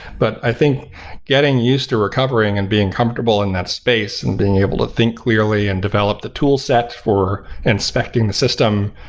but i think getting used to recovering and being comfortable in that space and being able to think clearly and develop the toolset for inspecting the system,